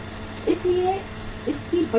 इसलिए इसकी बड़ी लागत है